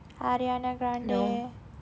ariana grande